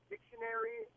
Dictionary